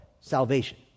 salvation